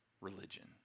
religion